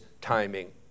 timing